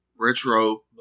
Retro